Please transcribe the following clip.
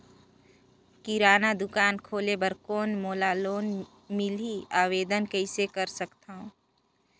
किराना दुकान खोले बर कौन मोला लोन मिलही? आवेदन कइसे कर सकथव?